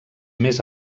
més